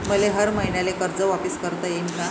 मले हर मईन्याले कर्ज वापिस करता येईन का?